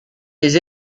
des